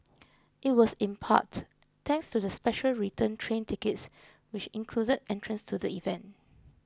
it was in part thanks to the special return train tickets which included entrance to the event